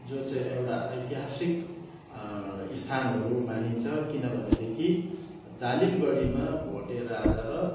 जो चाहिँ एउटा ऐतिहासिक स्थानहरू मानिन्छ किनभनेदेखि दालिमगढीमा भोटे राजा र